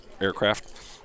aircraft